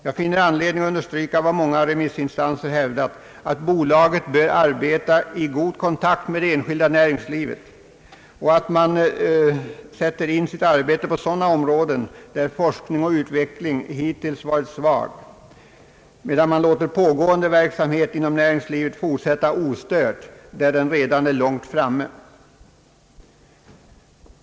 Jag finner anledning understryka vad många remissinstanser hävdat, att bolaget skall arbeta i god kontakt med det enskilda näringslivet och sätta in sina ansträngningar på sådana områden där forskning och utveckling hittills varit svag, medan man låter pågående verksamhet inom näringslivet forsätta ostört där den redan är långt framme.